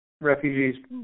refugees